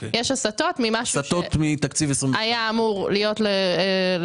יש הסטות ממה שהיה אמור להיות במקום